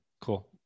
Cool